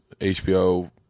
HBO